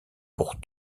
pour